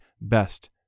best